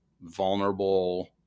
vulnerable